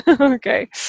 Okay